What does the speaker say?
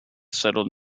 settled